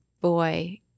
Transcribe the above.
boy